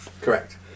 correct